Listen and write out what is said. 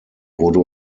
wurde